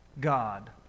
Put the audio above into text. God